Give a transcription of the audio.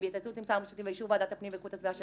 בהתייעצות עם שר המשפטים באישור ועדת הפנים והגנת הסביבה של